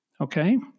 Okay